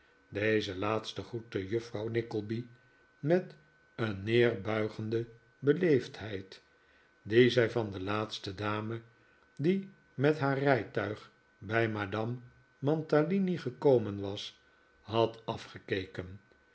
deze laatste groette juffrouw nickleby met een neerbuigen'de beleefdheid die zij van de laatste dame die met haar rijtuig bij madame mantalini gekomen was had afgekeken